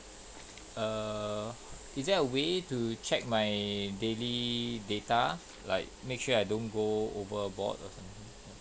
err is there a way to check my daily data like make sure I don't go overboard or something ya